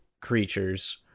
creatures